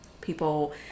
people